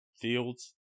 Fields